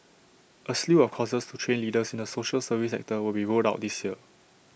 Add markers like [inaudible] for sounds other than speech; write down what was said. A slew of courses to train leaders in the social service [unintelligible] that will be rolled out this year